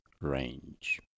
range